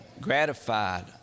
gratified